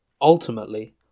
ultimately